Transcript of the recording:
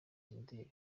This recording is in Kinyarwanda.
imideli